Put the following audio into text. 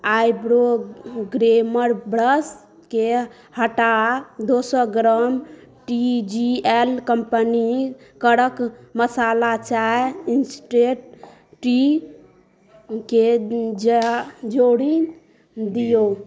eyebrow groomer ब्रशकेँ हटा दू सए gram T G L company Kadak Masala Chai instant tea केँ जोड़ि दिय